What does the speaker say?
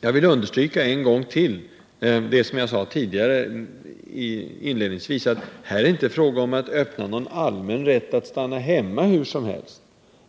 Jag vill ännu en gång understryka det jag sade inledningsvis, nämligen att det här inte är fråga om att införa någon allmän rätt att stanna hemma hur som helst,